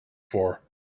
for